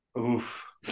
Oof